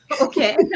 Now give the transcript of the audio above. Okay